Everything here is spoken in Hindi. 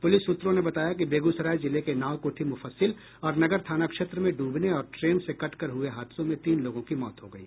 प्रलिस सूत्रों ने बताया कि बेगूसराय जिले के नावकोठी मुफस्सिल और नगर थाना क्षेत्र में ड्रबने और ट्रेन से कटकर हुए हादसों में तीन लोगों की मौत हो गयी